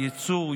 ייצור,